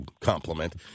compliment